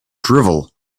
drivel